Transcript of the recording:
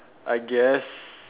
I guess